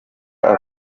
akora